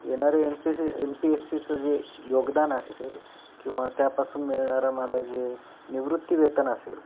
येणारे N P C N P S सीचं जे योगदान असेल किंवा त्यापासून मिळणारं मला जे निवृत्ती वेतन असेल